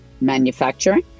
manufacturing